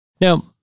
Now